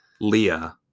Leah